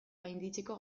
gainditzeko